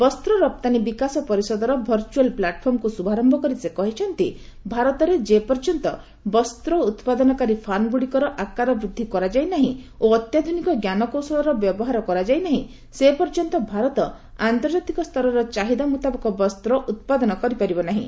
ବସ୍ତ୍ର ରପ୍ତାନୀ ବିକାଶ ପରିଷଦର ଭର୍ଚ୍ଚଆଲ୍ ପ୍ଲାଟଫର୍ମକୁ ଶୁଭାରମ୍ଭ କରି ସେ କହିଛନ୍ତି ଭାରତରେ ଯେପର୍ଯ୍ୟନ୍ତ ବସ୍ତ ଉତ୍ପାଦନକାରୀ ଫାର୍ମଗୁଡ଼ିକର ଆକାର ବୃଦ୍ଧି କରାଯାଇ ନାହିଁ ଓ ଅତ୍ୟାଧ୍ରନିକ ଜ୍ଞାନକୌଶଳର ବ୍ୟବହାର କରାଯାଇ ନାହିଁ ସେ ପର୍ଯ୍ୟନ୍ତ ଭାରତ ଆନ୍ତର୍ଜାତିକ ସ୍ତରର ଚାହିଦା ମ୍ରତାବକ ବସ୍ତ୍ର ଉତ୍ପାଦନ କରିପାରିବ ନାହିଁ